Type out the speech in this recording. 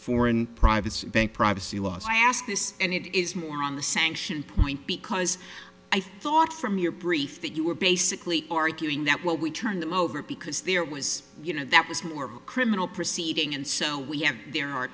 foreign private privacy laws i ask this and it is more on the sanction point because i thought from your brief that you were basically arguing that what we turned them over because there was you know that was more criminal proceeding and so we have there are